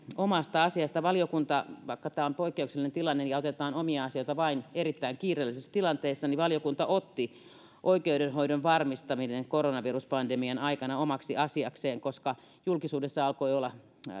omasta asiasta vaikka tämä on poikkeuksellinen tilanne ja otetaan omia asioita vain erittäin kiireellisessä tilanteessa niin valiokunta otti oikeudenhoidon varmistamisen koronaviruspandemian aikana omaksi asiakseen koska julkisuudessa alkoi olla